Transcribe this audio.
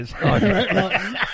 Right